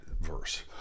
verse